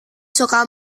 suka